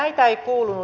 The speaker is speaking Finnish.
näitä ei kuulunut